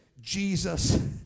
Jesus